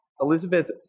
Elizabeth